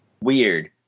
weird